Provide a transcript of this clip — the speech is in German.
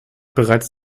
bereits